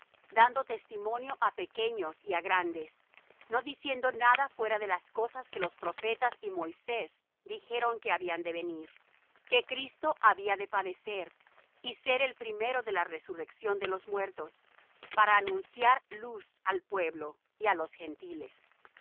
dando testimonio á pequeños y á grandes no diciendo nada fuera de las cosas que los profetas y moisés dijeron que habían de venir que cristo había de padecer y ser el primero de la resurrección de los muertos para anunciar luz al pueblo y á los gentiles